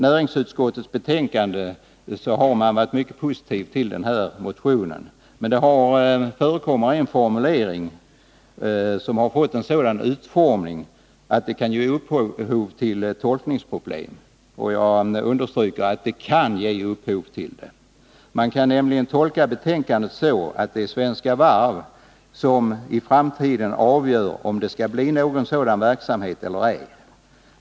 Näringsutskottet har varit mycket positivt till motionen, men det förekommer en formulering som har fått en sådan utformning att den kan — jag understryker ordet kan — ge upphov till tolkningsproblem. Man kan nämligen tolka betänkandet så att det är Svenska Varv som i framtiden avgör om det skall bli någon sådan verksamhet eller ej.